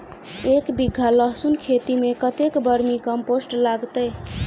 एक बीघा लहसून खेती मे कतेक बर्मी कम्पोस्ट लागतै?